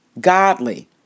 godly